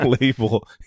label